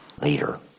later